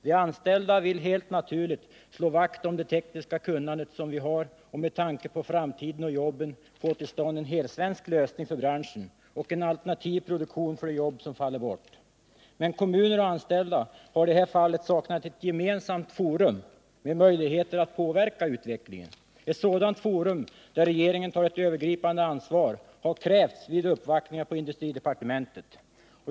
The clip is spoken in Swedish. De anställda vill helt naturligt slå vakt om det tekniska kunnande som de har och med tanke på framtiden och jobben få till stånd en helsvensk lösning för branschen och en alternativ produktion för de jobb som faller bort. Men kommuner och anställda har i det här fallet saknat ett gemensamt forum med möjligheter att påverka utvecklingen. Ett sådant forum där regeringen tar ett övergripande ansvar har krävts vid uppvaktningar på industridepartementet.